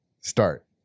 start